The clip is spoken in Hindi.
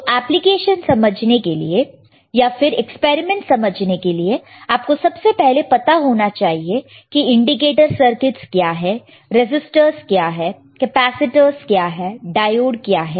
तो एप्लीकेशन समझने के लिए या फिर एक्सपेरिमेंटस समझने के लिए आपको सबसे पहले पता होना चाहिए कि इंडिकेटर सर्किटस क्या है रेसिस्टर्स क्या है कैपेसिटर्स क्या है डायोड क्या है